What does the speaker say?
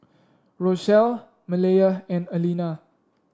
Rochelle Maleah and Allena